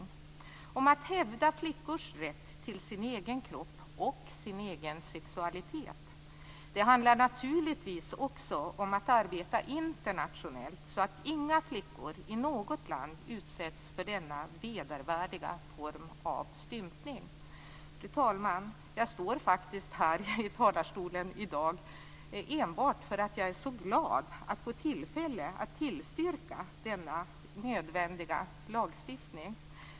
Det handlar om att hävda flickors rätt till sin egen kropp och sin egen sexualitet. Det handlar naturligtvis också om att arbeta internationellt så att inga flickor i något land utsätts för denna vedervärdiga form av stympning. Fru talman! Jag står faktiskt här i talarstolen i dag enbart därför att jag är så glad att få tillfälle att tillstyrka denna nödvändiga lagstiftning.